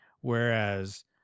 whereas